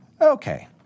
Okay